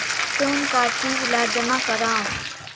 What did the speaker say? कौन का चीज ला जमा करवाओ?